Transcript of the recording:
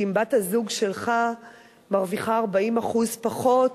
כי אם בת-הזוג שלך מרוויחה 40% פחות,